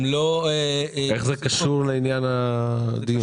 איך זה קשור לעניין הדיון?